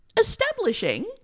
establishing